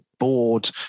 Board